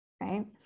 right